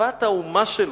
שאהבת האומה שלו,